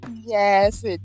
Yes